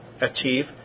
achieve